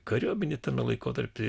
kariuomenė tame laikotarpy